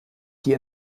die